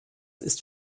ist